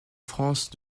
france